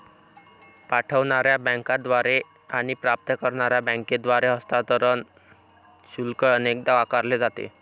पाठवणार्या बँकेद्वारे आणि प्राप्त करणार्या बँकेद्वारे हस्तांतरण शुल्क अनेकदा आकारले जाते